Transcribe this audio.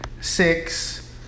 six